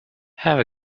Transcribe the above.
have